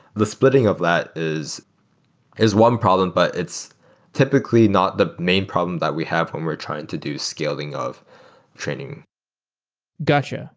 the splitting of that is is one problem, but it's typically not the main problem that we have when we're trying to do scaling of training got yeah